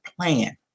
plan